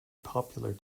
popular